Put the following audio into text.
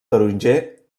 taronger